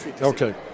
Okay